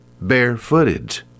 barefooted